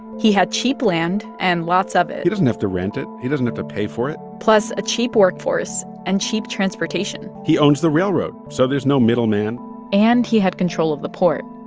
he had cheap land and lots of it. he doesn't have to rent it. he doesn't have to pay for it. plus a cheap workforce and cheap transportation he owns the railroad, so there's no middleman and he had control of the port,